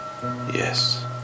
Yes